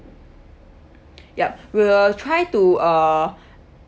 ya we will try to uh